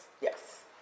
Yes